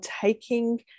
taking